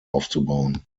aufzubauen